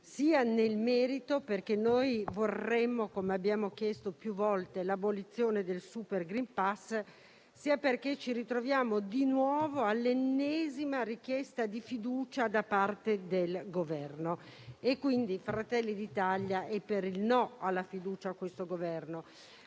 sia nel merito, perché noi vorremmo - come abbiamo chiesto più volte - l'abolizione del *super green pass*, sia perché ci ritroviamo di nuovo all'ennesima richiesta di fiducia da parte del Governo. Fratelli d'Italia è per il no alla fiducia a questo Governo,